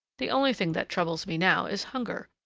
the only thing that troubles me now is hunger.